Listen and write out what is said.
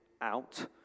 out